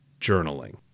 journaling